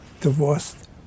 divorced